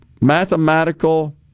mathematical